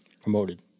promoted